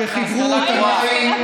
כשחיברו את המים,